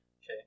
Okay